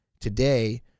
today